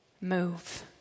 Move